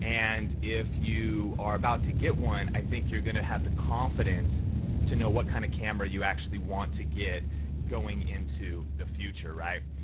and if you are about to get one, i think you're gonna have the confidence to know what kind of camera you actually want to get going into the future, right?